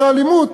האלימות,